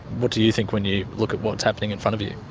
what do you think when you look at what's happening in front of you?